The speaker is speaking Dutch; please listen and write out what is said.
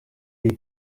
die